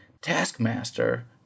taskmaster